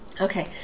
Okay